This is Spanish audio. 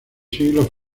siglos